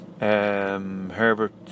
Herbert